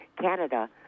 Canada